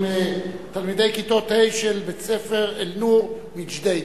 תלמידי כיתות ה' של בית-הספר "אל-נור" מג'דיידה.